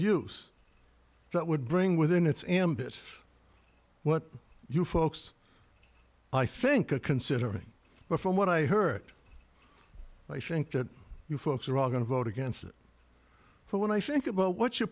use that would bring within its ambit what you folks i think a considering but from what i heard i think that you folks are all going to vote against it but when i think about what you